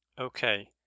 Okay